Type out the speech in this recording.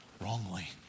wrongly